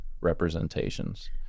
representations